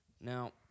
Now